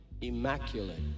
immaculate